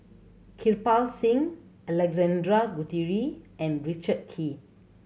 Kirpal Singh Alexander Guthrie and Richard Kee